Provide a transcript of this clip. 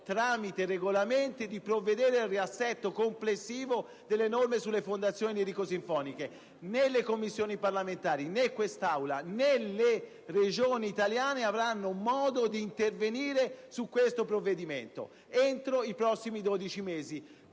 tramite regolamenti al riassetto complessivo delle norme sulle fondazioni lirico-sinfoniche. Né le Commissioni parlamentari, né quest'Assemblea, né le Regioni avranno modo d'intervenire sul provvedimento entro i prossimi 12 mesi